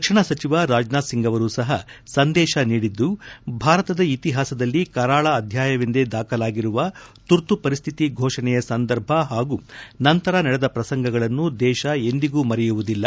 ರಕ್ಷಣಾ ಸಚಿವ ರಾಜನಾಥ್ ಸಿಂಗ್ ಅವರೂ ಸಹ ಸಂದೇಶ ನೀಡಿದ್ದು ಭಾರತದ ಇತಿಹಾಸದಲ್ಲಿ ಕರಾಳ ಅಧ್ಯಾಯವೆಂದೇ ದಾಖಲಾಗಿರುವ ತುರ್ತು ಪರಿಸ್ಥಿತಿ ಘೋಷಣೆಯ ಸಂಧರ್ಭ ಹಾಗೂ ನಂತರ ನಡೆದ ಪ್ರಸಂಗಗಳನ್ನು ದೇಶ ಎಂದಿಗೂ ಮರೆಯುವುದಿಲ್ಲ